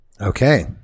Okay